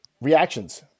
reactions